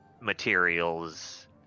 materials